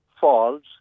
falls